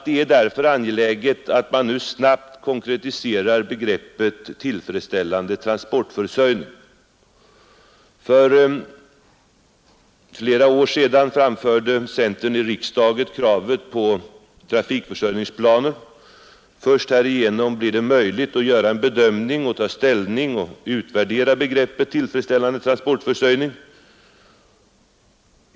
Det är därför angeläget att man nu snabbt konkretiserar begreppet tillfredsställande transportförsörjning. För flera år sedan framförde centerpartiet i riksdagen kravet på trafikförsörjningsplaner. Först härigenom blir det möjligt att göra en bedömning och ta ställning och utvärdera begreppet tillfredsställande transportförsörjning.